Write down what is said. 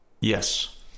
Yes